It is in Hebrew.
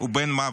הוא בן מוות.